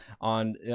on